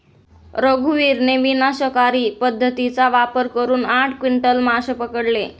रघुवीरने विनाशकारी पद्धतीचा वापर करून आठ क्विंटल मासे पकडले